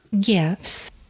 gifts